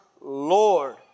Lord